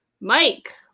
Mike